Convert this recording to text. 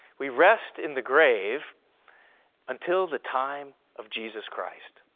we rest in the grave until the time of jesus christ.